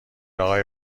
آقای